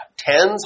Tens